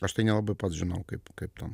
aš tai nelabai pats žinau kaip kaip ten